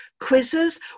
quizzes